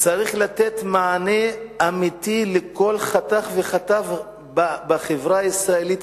וצריך לתת מענה אמיתי לכל חתך וחתך בחברה הישראלית,